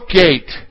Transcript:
gate